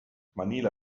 manila